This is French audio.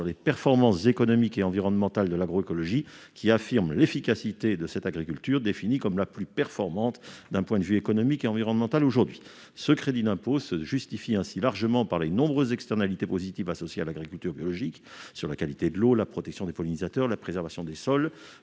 sur les performances économiques et environnementales de l'agroécologie, qui affirme l'efficacité de l'agriculture biologique, définie comme « la plus performante d'un point de vue économique et environnemental aujourd'hui ». Ce crédit d'impôt se justifie ainsi largement par les nombreuses externalités positives associées à l'agriculture biologique, qu'il s'agisse de la qualité de l'eau, de la protection des pollinisateurs, de la préservation des sols,